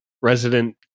resident